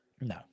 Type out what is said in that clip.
no